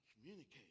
communicate